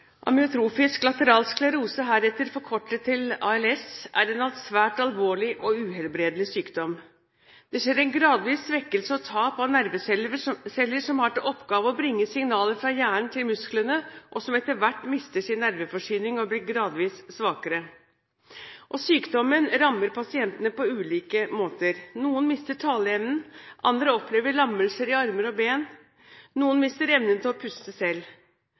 Amyotrofisk lateral sklerose, heretter forkortet til ALS, er en svært alvorlig og uhelbredelig sykdom. Det skjer en gradvis svekkelse og et gradvis tap av nerveceller som har til oppgave å bringe signaler fra hjernen til musklene, som etter hvert mister sin nerveforsyning og blir gradvis svakere. Sykdommen rammer pasientene på ulike måter. Noen mister taleevnen, andre opplever lammelser i armer og ben. Noen mister evnen til å puste selv.